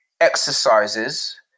exercises